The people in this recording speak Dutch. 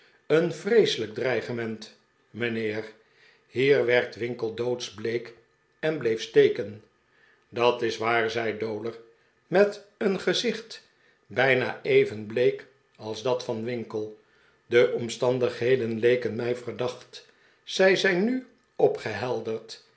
een vreeselijk dreigement mijnheer hier werd winkle doodsbleek en bleef steken dat is waar zei dowler met een gezicht bijna even bleek als dat van winkle de omstandigheden lekeh mij verdacht zij zijn nu